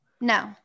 no